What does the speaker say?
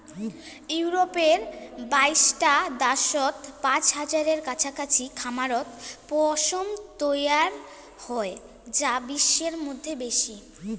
ইউরপের বাইশটা দ্যাশত পাঁচ হাজারের কাছাকাছি খামারত পশম তৈয়ার হই যা বিশ্বর মইধ্যে বেশি